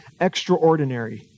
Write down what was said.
extraordinary